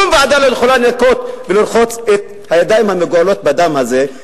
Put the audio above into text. שום ועדה לא יכולה לנקות ולרחוץ את הידיים המגואלות בדם הזה,